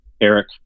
Eric